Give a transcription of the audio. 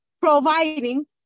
providing